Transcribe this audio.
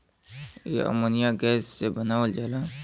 इ ammonia gas से बनावल जाला